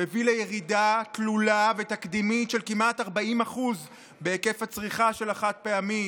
הוא הביא לירידה תלולה ותקדימית של כמעט 40% בהיקף הצריכה של החד-פעמי.